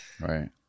right